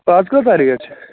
اَز کۭژاہ ریٹ چھِ